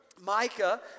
Micah